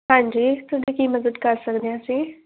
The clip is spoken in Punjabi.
ਹਾਂਜੀ ਤੁਹਾਡੀ ਕੀ ਮਦਦ ਕਰ ਸਕਦੇ ਹਾਂ ਅਸੀਂ